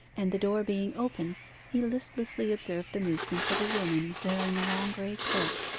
and the door being open he listlessly observed the movements of a woman wearing a long grey cloak,